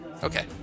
Okay